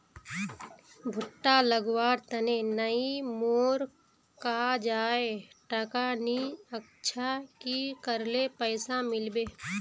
भुट्टा लगवार तने नई मोर काजाए टका नि अच्छा की करले पैसा मिलबे?